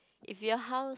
if your house